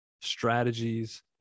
strategies